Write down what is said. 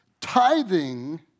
Tithing